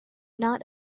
not